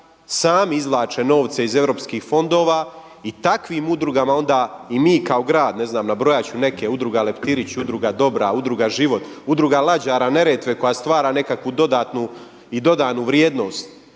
sami izvlače novce iz europskih fondova i takvim udrugama onda i mi kao grad, ne znam, nabrojat ću neke udruge – Udruga Lepritić, Udruga Dobra, Udruga Život, Udruga lađara Neretve koja stvara nekakvu dodatnu i dodanu vrijednost,